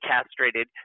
castrated